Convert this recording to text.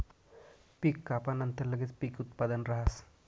पीक कापानंतर लगेच पीक उत्पादन राहस